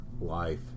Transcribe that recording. life